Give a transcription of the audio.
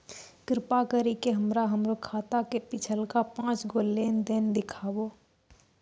कृपा करि के हमरा हमरो खाता के पिछलका पांच गो लेन देन देखाबो